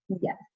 Yes